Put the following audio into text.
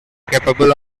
capable